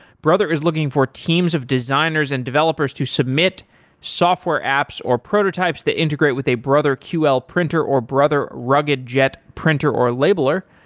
brother is looking for teams of designers and developers to submit software apps, or prototypes that integrate with a brother ql printer, or brother rugged jet printer or labeler.